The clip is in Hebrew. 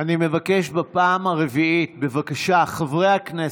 אני מבקש בפעם הרביעית, בבקשה, חברי הכנסת,